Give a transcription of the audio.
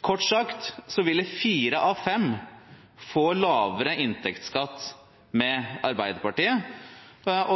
Kort sagt ville fire av fem få lavere inntektsskatt med Arbeiderpartiet. Da er